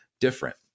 different